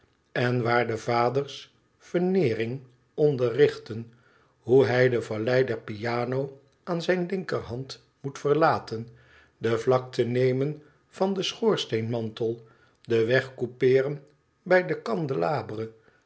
en waar de vaders veneering onderrichten hoe hij de vallei der piano aan zijne linkerhand moet verlaten de vlakte nemen van den schoorsteenmantel den weg coupeeren bij de candelabre